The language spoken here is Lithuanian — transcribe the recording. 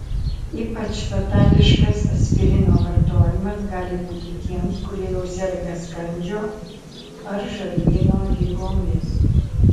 ypač fatališkas aspirino vartojimas gali būti tiems kurie jau serga skrandžio ar žarnyno ligomis